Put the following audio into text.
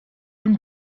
dem